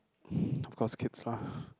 of course kids lah